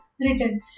Written